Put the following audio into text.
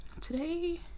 today